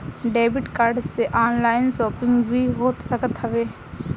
debit card से online shopping भी हो सकत हवे